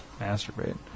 masturbate